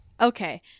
Okay